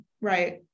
Right